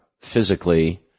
physically